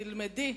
תלמדי,